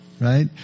right